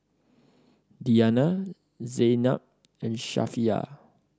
Diyana Zaynab and Safiya